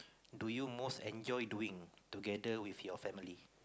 do you most enjoy doing together with your family